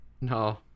No